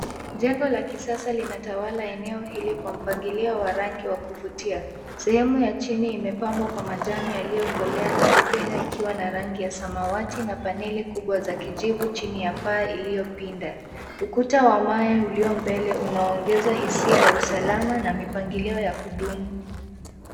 Jengo la kisasa linatawala eneo hili kwa mpangilio wa rangi wa kuvutia. Sehemu ya chini imepambwa kwa majani yaliyokolea na vipenyo ikiwa na rangi ya samawati na paneli kubwa za kijivu chini ya paa iliyopinda. Ukuta wa mawe ulio mbele unaongeza hisia ya usalama na mipangilio ya kudumu.